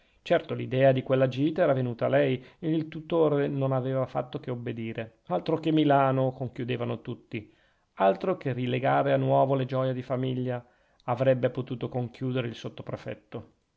certo l'idea di quella gita era venuta a lei e il tutore non aveva fatto che obbedire altro che milano conchiudevano tutti altro che rilegare a nuovo le gioie di famiglia avrebbe potuto conchiudere il